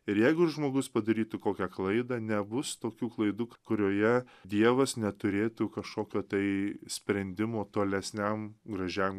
ir jeigu žmogus padarytų kokią klaidą nebus tokių klaidų kurioje dievas neturėtų kašokio tai sprendimo tolesniam gražiam